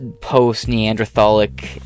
post-Neanderthalic